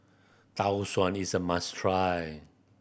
Tau Suan is a must try